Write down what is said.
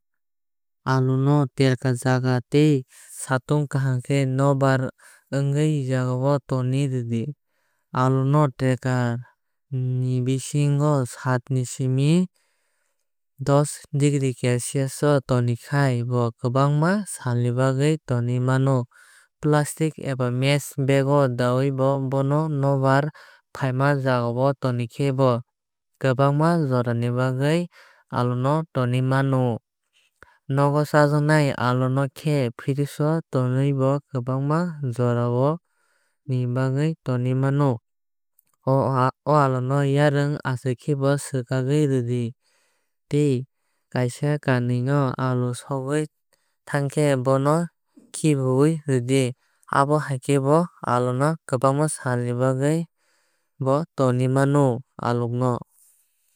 Alu no telkar jaga tei satung kaham khe nokbar wngnai jagao tonwi rwdi. Alu no telkar ni bisingo saat ni simi das degree celsius o tonikhai bo kwbangma sal ni bagwi tonui mano. Plastic eba mesh bag o daui bo bono nokbar phaima jagao tonikhe bo kwbangma jorani bagwui alu no tonui mano. Nogo chajaknai alu no khe fridge o tonui bo kwbangma jora ni bagwi tonui mano. O alu yarung achaikhe bono swkagui ruidi tei kaaisaa kanui alu sogui thankhe bono khibui rwdi. Abo haikhe bo alu kbangma sal ni bagwi tonui mano alu no.